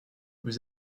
vous